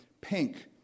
pink